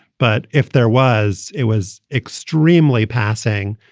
but if there was, it was extremely passing.